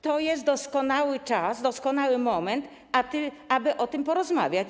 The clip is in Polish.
To jest doskonały czas, doskonały moment, aby o tym porozmawiać.